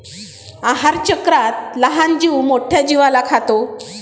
आहारचक्रात लहान जीव मोठ्या जीवाला खातो